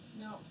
no